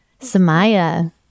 Samaya